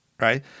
Right